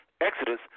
Exodus